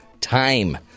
time